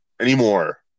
anymore